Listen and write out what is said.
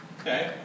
Okay